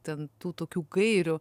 ten tų tokių gairių